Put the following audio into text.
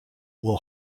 will